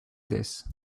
this